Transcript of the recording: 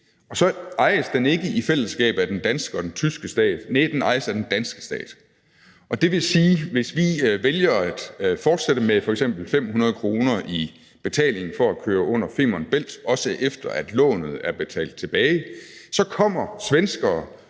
Og så ejes den ikke i fællesskab af den danske og den tyske stat, næh, den ejes af den danske stat. Og det vil sige, at hvis vi vælger at fortsætte med f.eks. 500 kr. i betaling for at køre under Femern Bælt, også efter at lånet er betalt tilbage, så kommer svenskere